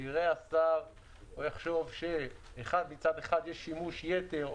יראה השר או יחשוב שמצד אחד יש שימוש יתר,